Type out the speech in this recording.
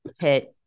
hit